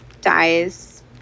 dies